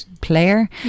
player